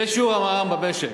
ושיעור המע"מ במשק,